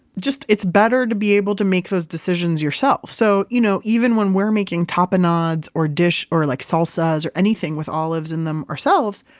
it's better to be able to make those decisions yourself. so you know even when we're making tapenades or dish or like salsas or anything with olives in them ourselves,